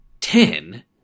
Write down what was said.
Ten